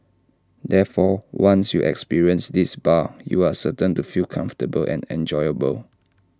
therefore once you experience this bar you are certain to feel comfortable and enjoyable